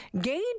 gauge